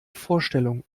vorstellung